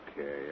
okay